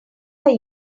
are